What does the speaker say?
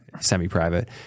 Semi-private